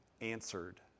Answered